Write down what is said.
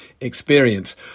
experience